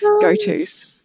go-to's